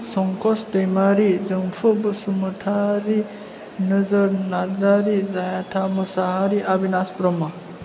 Sankhas Daimari Jongfru Basumatary Nojor Narzary Jayatha Mushahary Abinash Brahma